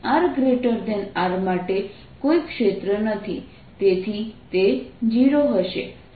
rR માટે કોઈ ક્ષેત્ર નથી તેથી તે 0 હશે